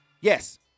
Yes